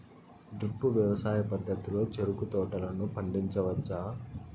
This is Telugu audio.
డ్రిప్ వ్యవసాయ పద్ధతిలో చెరుకు తోటలను పండించవచ్చా